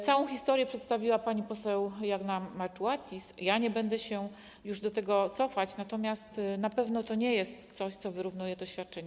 Całą historię przedstawiła pani poseł Jagna Marczułajtis, nie będę się już do tego cofać, natomiast na pewno to nie jest coś, co wyrównuje to świadczenie.